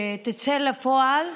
תצא לפועל,